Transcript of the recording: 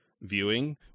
viewing